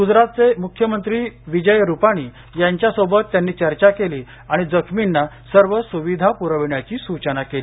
गुजरातचे मुख्यमंत्री विजय रुपानी यांच्यासोबत त्यांची चर्चा केली आणि जखमींना सर्व सुविधा पुरविण्याची सुचनाकेली